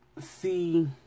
see